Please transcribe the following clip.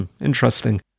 interesting